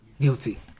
Guilty